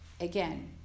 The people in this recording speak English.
again